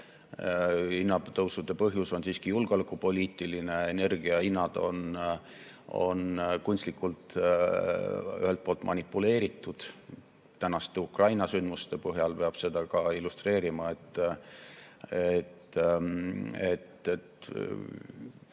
hinnatõusude põhjus on siiski julgeolekupoliitiline. Energiahinnad on ühelt poolt kunstlikult manipuleeritud. Tänaste Ukraina sündmuste põhjal peab seda ka illustreerima, et